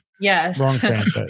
yes